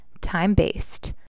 time-based